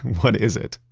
what is it?